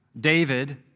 David